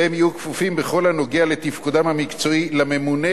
והם יהיו כפופים בכל הנוגע לתפקודם המקצועי לממונה